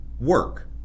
work